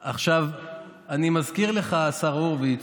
אני מזכיר לך, השר הורוביץ,